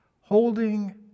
holding